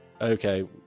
okay